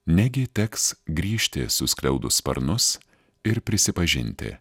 negi teks grįžti suskliaudus sparnus ir prisipažinti